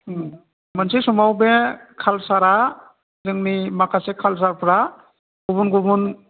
ओम मोनसे समाव बे कालसारा जोंनि माखासे कालसारफोरा गुबुन गुबुन